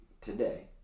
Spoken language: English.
today